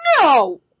No